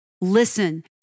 listen